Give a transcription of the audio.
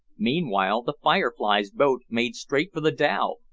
meanwhile the firefly's boat made straight for the dhow,